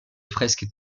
fresques